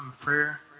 Prayer